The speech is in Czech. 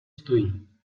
stojí